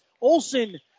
Olson